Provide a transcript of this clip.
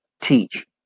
teach